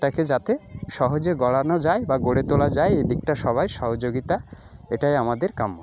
তাকে যাতে সহজে গড়ানো যায় বা গড়ে তোলা যায় এই দিকটা সবাই সহযোগিতা এটাই আমাদের কাম্য